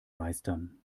meistern